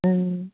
ꯎꯝ